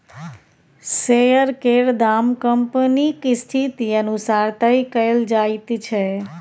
share केर दाम कंपनीक स्थिति अनुसार तय कएल जाइत छै